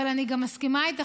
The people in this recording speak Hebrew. אבל אני גם מסכימה איתך,